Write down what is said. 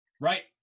right